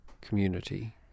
community